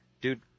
dude